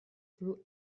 through